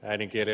äidinkieli